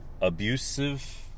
Abusive